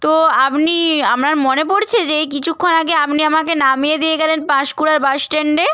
তো আপনি আপনার মনে পড়ছে যে এই কিছুক্ষণ আগে আপনি আমাকে নামিয়ে দিয়ে গেলেন পাঁশকুড়ার বাস স্ট্যান্ডে